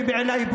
בעיניי,